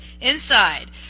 inside